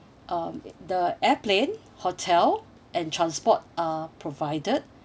um the airplane hotel and transport are provided